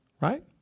Right